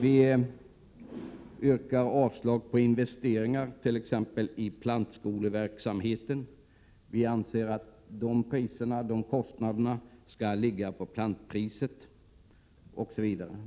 Vi yrkar också avslag på investeringar i bl.a. plantskoleverksamheten. Vi anser att kostnaderna för denna skall läggas på plantpriserna.